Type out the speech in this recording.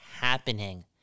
happening